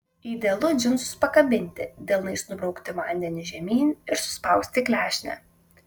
idealu džinsus pakabinti delnais nubraukti vandenį žemyn ir suspausti klešnę